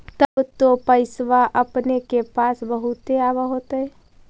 तब तो पैसबा अपने के पास बहुते आब होतय?